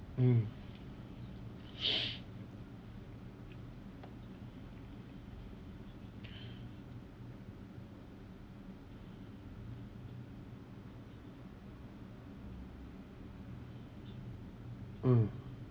mm mm